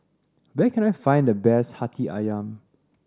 where can I find the best Hati Ayam